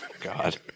God